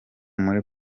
muri